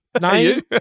Name